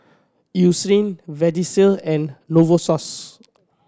Eucerin Vagisil and Novosource